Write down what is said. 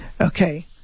okay